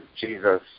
Jesus